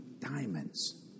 diamonds